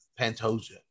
Pantoja